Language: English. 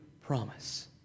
promise